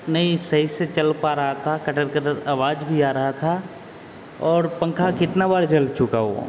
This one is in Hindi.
नहीं सही से चल पा रहा था कटर कटर आवाज भी आ रहा था और पंखा बार जल चुका वो